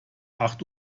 acht